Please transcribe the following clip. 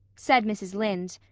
said mrs. lynde.